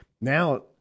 now